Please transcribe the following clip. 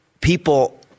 people